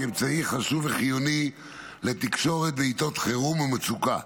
כאמצעי חשוב וחיוני לתקשורת בעיתות חירום ומצוקה.